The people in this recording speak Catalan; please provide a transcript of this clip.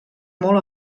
molt